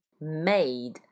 Made